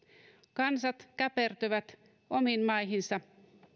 kansat käpertyvät omiin maihinsa